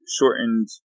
shortened